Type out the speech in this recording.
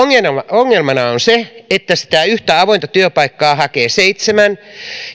ongelmana on se että sitä yhtä avointa työpaikkaa hakee seitsemän